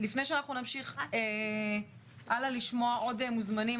לפני שאנחנו נמשיך הלאה לשמוע עוד מוזמנים,